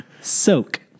Soak